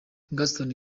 gaston